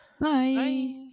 Bye